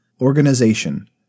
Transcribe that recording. Organization